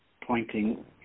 pointing